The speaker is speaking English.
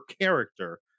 character